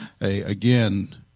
again